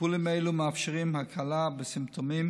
טיפולים אלו מאפשרים הקלה בסימפטומים